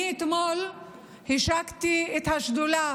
אתמול השקתי את השדולה